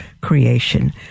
creation